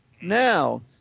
Now